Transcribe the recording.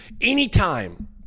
anytime